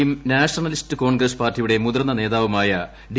യും nationalist Congress പാർട്ടിയുടെ മുതിർന്ന നേതാവുമായ ഡി